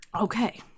Okay